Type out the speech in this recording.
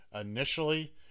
Initially